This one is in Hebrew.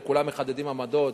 וכולם מחדדים עמדות,